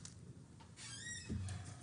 בבקשה.